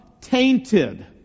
tainted